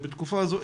בבקשה.